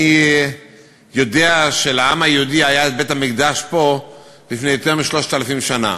אני יודע שלעם היהודי היה בית-המקדש פה לפני יותר מ-3,000 שנה.